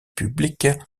publique